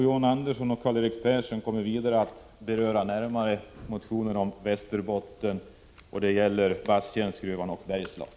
John Andersson och Karl-Erik Persson kommer att närmare beröra motionerna om Västerbotten samt Basttjärnsgruvan och Bergslagen.